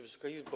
Wysoka Izbo!